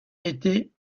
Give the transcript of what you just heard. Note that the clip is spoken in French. été